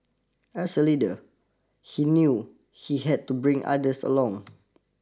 as a leader he knew he had to bring others along